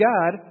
God